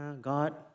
God